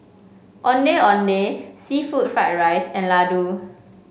Ondeh Ondeh seafood Fried Rice and Laddu